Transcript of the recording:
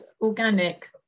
organic